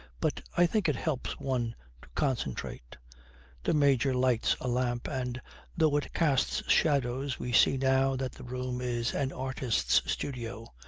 but i think it helps one to concentrate the major lights a lamp, and though it casts shadows we see now that the room is an artist's studio.